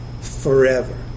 forever